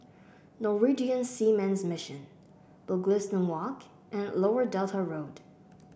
Norwegian Seamen's Mission Mugliston Walk and Lower Delta Road